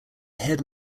head